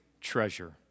treasure